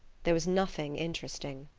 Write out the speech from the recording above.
there was nothing interesting.